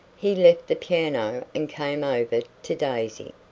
he left the piano and came over to daisy.